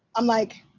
i'm like.